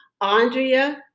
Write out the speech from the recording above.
Andrea